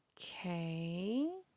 Okay